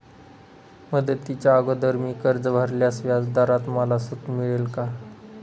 मुदतीच्या अगोदर मी कर्ज भरल्यास व्याजदरात मला सूट मिळेल का?